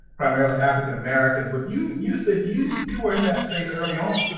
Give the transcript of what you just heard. primarily african americans. but you you said you you were in that space early on?